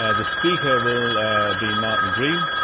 ah the speaker will be martin green,